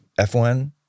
F1